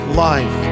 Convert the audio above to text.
life